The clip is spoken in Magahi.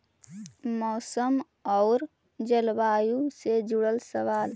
मौसम और जलवायु से जुड़ल सवाल?